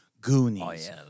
Goonies